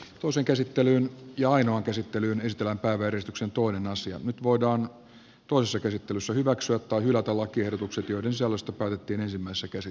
toisen käsittelyn ja ainoan käsittelyyn ystävänpäiväristuksen toinen nyt voidaan toisessa käsittelyssä hyväksyä tai hylätä lakiehdotukset joiden sisällöstä päätettiin ensimmäisessä käsittelyssä